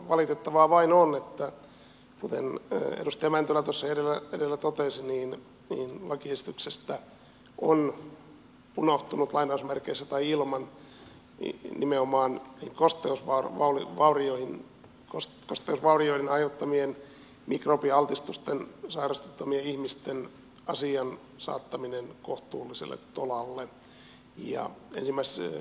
valitettavaa vain on kuten edustaja mäntylä tuossa edellä totesi että lakiesityksestä on unohtunut lainausmerkeissä tai ilman nimenomaan kosteusvaurioiden aiheuttamien mikrobialtistusten sairastuttamien ihmisten asian saattaminen kohtuulliselle tolalle